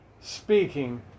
speaking